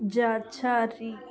Zachary